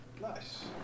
Nice